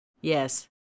Yes